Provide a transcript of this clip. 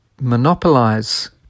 monopolize